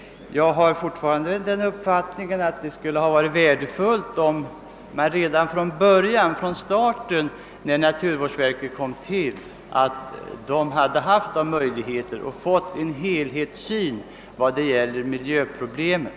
Jag tror fortfarande att det skulle varit värdefullt, om naturvårdsverket redan från starten hade haft sådana möjligheter och därmed kunnat få en helhetssyn på miljöproblemet.